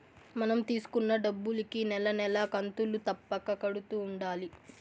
మనం తీసుకున్న డబ్బులుకి నెల నెలా కంతులు తప్పక కడుతూ ఉండాలి